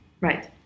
Right